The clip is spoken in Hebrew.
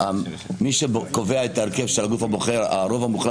מי שקובע את ההרכב של הגוף הבוחר הרוב המוחלט